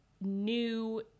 new